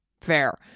fair